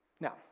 now